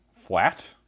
Flat